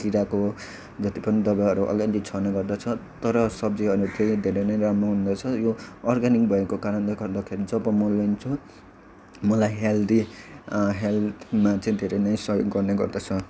किराको जति पनि दबाईहरू अलिअलि छर्ने गर्दछ तर सब्जीहरू चाहिँ धेरै नै राम्रो हुँदैछ यो अर्ग्यानिक भएको कारणले गर्दाखेरि जब मल लाइन्छ मलाई हेल्दी हेल्थमा चाहिँ धेरै नै सहयोग गर्ने गर्दछ